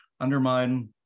undermine